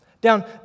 Down